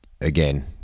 Again